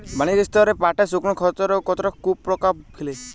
বাণিজ্যিক স্তরে পাটের শুকনো ক্ষতরোগ কতটা কুপ্রভাব ফেলে?